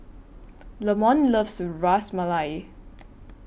Lamont loves Ras Malai